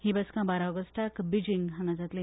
ही बसका बारा ऑगस्टाक बिजींगांत जातली